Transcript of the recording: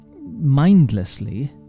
mindlessly